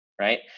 Right